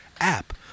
app